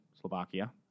Slovakia